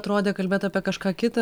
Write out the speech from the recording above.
atrodė kalbėt apie kažką kitą